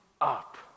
up